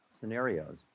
Scenarios